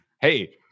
Hey